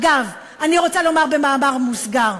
אגב, אני רוצה לומר במאמר מוסגר,